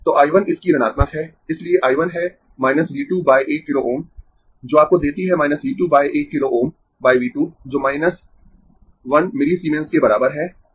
तो I 1 इसकी ऋणात्मक है इसलिए I 1 है V 2 1 किलो Ω जो आपको देती है V 2 1 किलो Ω V 2 जो 1 मिलीसीमेंस के बराबर है